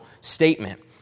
statement